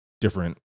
different